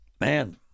Man